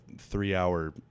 three-hour